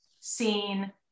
seen